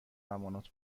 امانات